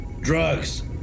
Drugs